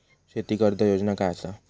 शेती कर्ज योजना काय असा?